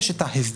יש את ההסדר,